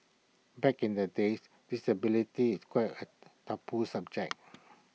back in the days disability is quite A taboo subject